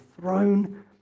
throne